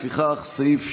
לפיכך, סעיף 2,